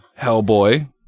Hellboy